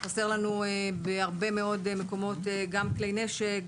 חסר לנו בהרבה מאוד מקומות גם כלי נשק,